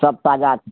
सभ ताजा छै